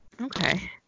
Okay